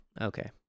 Okay